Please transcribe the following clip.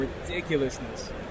ridiculousness